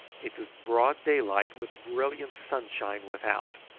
it was broad daylight with brilliant sunshine without,